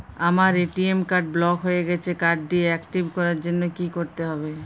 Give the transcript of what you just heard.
আমার ATM card block হয়ে গেছে কার্ড টি একটিভ করার জন্যে কি করতে হবে?